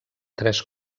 tres